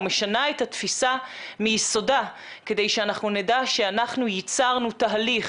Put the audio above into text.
משנה את התפיסה מיסודה כדי שאנחנו נדע שאנחנו ייצרנו תהליך